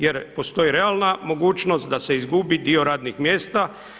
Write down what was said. Jer postoji realna mogućnost da se izgubi dio radnih mjesta.